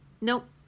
Nope